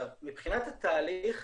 מבחינת התהליך,